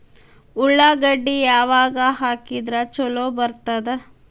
ಉಳ್ಳಾಗಡ್ಡಿ ಯಾವಾಗ ಹಾಕಿದ್ರ ಛಲೋ ಬರ್ತದ?